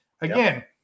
Again